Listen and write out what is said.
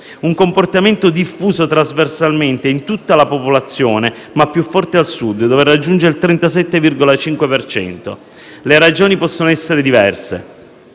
un comportamento diffuso trasversalmente in tutta la popolazione ma più forte al Sud, dove raggiunge il 37,5 per cento. Le ragioni possono essere diverse: